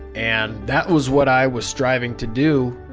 and that was what i was striving to do,